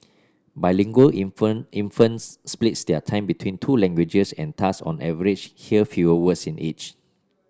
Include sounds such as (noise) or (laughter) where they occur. bilingual (unintelligible) infants split their time between two languages and thus on average hear fewer words in each